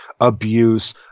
abuse